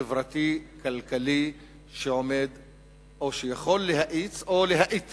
החברתי-כלכלי שיכול להאיץ או להאט